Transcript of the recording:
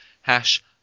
hash